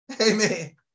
Amen